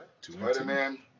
Spider-Man